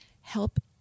Help